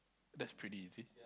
that's pretty easy